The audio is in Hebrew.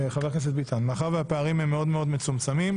מאחר והפ0ערים הם מאוד מאוד מצומצמים,